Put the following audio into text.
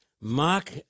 Mark